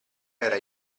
era